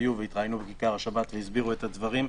התראיינו ב"כיכר השבת" והסבירו את הדברים.